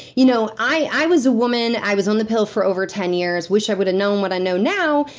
you know i i was a woman. i was on the pill for over ten years. wish i would've known what i know now,